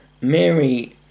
Mary